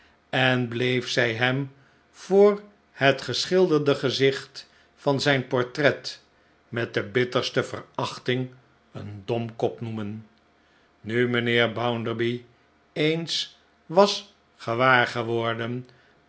en bleef zij hem voor het geschilderde gezicht van zijn portret met de bitterste verachting een domkop noemen nu mijnheer bounderby eens was gewaar geworden